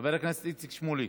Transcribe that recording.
חבר הכנסת איציק שמולי,